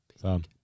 Sam